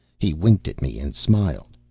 he winked at me, and smiled.